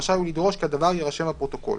רשאי הוא לדרוש כי הדבר יירשם בפרוטוקול.